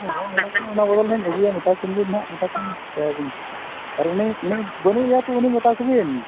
ᱦᱳᱭ ᱚᱱᱟ ᱵᱚᱫᱚᱞᱤᱧ ᱤᱫᱤᱭᱟ ᱢᱮᱛᱟ ᱠᱤᱱ ᱵᱤᱱ ᱱᱟᱦᱟᱜ ᱢᱮᱛᱟ ᱠᱤᱱ ᱢᱮ ᱪᱤᱠᱟᱹᱭᱟᱵᱤᱱ ᱟᱨ ᱩᱱᱤ ᱵᱟᱹᱱᱩᱭᱟ ᱥᱮ ᱩᱱᱤ ᱢᱮᱛᱟ ᱠᱚᱵᱤᱱ